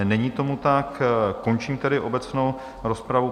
Není tomu tak, končím tedy obecnou rozpravu.